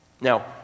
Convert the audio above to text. Now